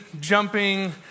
jumping